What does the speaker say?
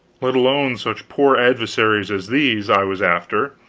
let alone such poor adversaries as these i was after,